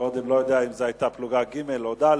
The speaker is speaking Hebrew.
אני לא יודע אם זו היתה קודם פלוגה ג' או ד'.